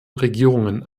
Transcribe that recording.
regierungen